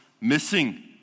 missing